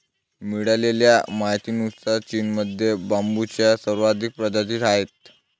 मिळालेल्या माहितीनुसार, चीनमध्ये बांबूच्या सर्वाधिक प्रजाती आहेत